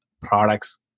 products